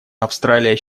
австралия